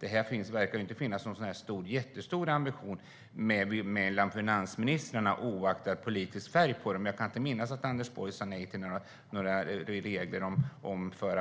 Det verkar inte finnas någon jättestor ambition hos finansministrarna, oavsett politisk färg på dem. Jag kan inte minnas att Anders Borg sa nej till några regler på grund av